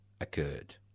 occurred